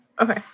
okay